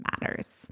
matters